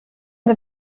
det